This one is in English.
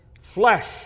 flesh